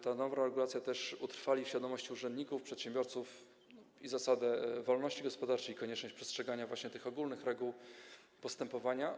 Ta nowa regulacja utrwali też w świadomości urzędników, przedsiębiorców zasadę wolności gospodarczej, konieczność przestrzegania właśnie tych ogólnych reguł postępowania.